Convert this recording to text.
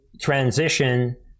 transition